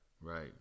Right